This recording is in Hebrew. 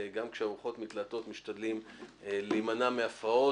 גם כשהרוחות מתלהטות משתדלים להימנע מהפרעות.